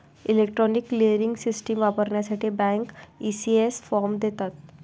electronic clearing system वापरण्यासाठी bank, ECS form देतात